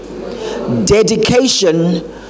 Dedication